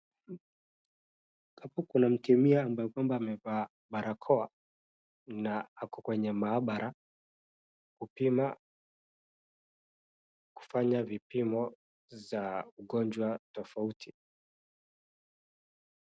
Hapo kuna mtu ambaye kanakwamba amevalia barakoa na ako kwenye mahabara kufanya vipimo za magonjwa tofuti.